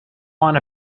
want